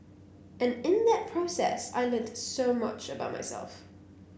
and in that process I learnt so much about myself